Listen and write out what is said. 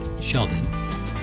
Sheldon